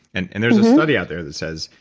and and there's a study out there that says,